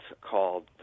called